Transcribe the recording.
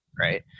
right